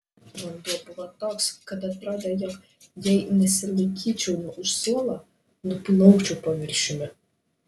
vanduo buvo toks kad atrodė jog jei nesilaikyčiau už suolo nuplaukčiau paviršiumi